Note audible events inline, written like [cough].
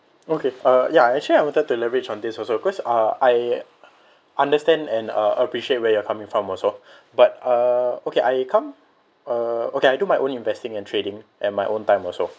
okay uh ya actually I wanted to leverage on this also because uh I understand and uh appreciate where you're coming from also [breath] but uh okay I come uh okay I do my own investing and trading at my own time also